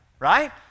right